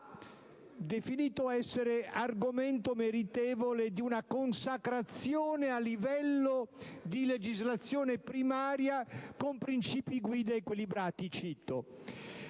e cito, essere argomento meritevole di una consacrazione a livello di legislazione primaria con principi guida equilibrati.